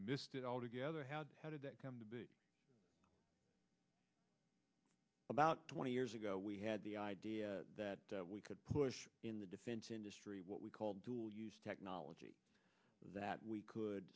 missed it all together how did it come to be about twenty years ago we had the idea that we could push in the defense industry what we call dual use technology that we could